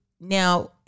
now